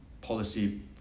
policy